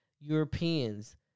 Europeans